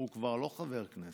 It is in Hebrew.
הוא כבר לא חבר כנסת.